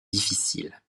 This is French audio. difficiles